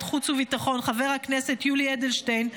חוץ וביטחון חבר הכנסת יולי אדלשטיין,